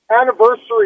Anniversary